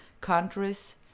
countries